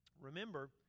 remember